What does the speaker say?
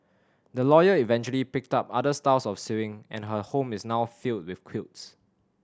the lawyer eventually picked up other styles of sewing and her home is now filled with quilts